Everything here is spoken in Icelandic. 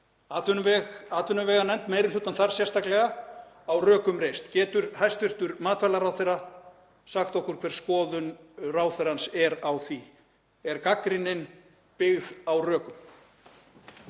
atvinnuveganefnd, meiri hlutann þar sérstaklega, á rökum reist? Getur hæstv. matvælaráðherra sagt okkur hver skoðun ráðherrans er á því? Er gagnrýnin byggð á rökum?